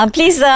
Please